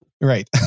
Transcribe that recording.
Right